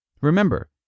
Remember